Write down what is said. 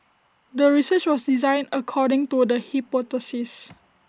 the research was designed according to the hypothesis